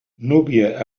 núvia